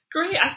Great